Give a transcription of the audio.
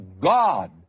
God